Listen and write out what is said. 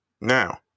Now